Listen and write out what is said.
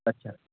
अच्छा